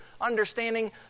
understanding